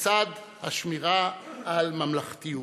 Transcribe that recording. לצד השמירה על ממלכתיות,